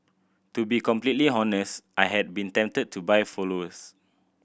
to be completely honest I have been tempted to buy followers